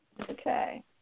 Okay